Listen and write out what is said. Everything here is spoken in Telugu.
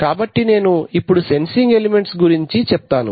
కాబట్టి నేను ఇప్పుడు సెన్సింగ్ ఎలిమెంట్స్ గురించి చెప్తాను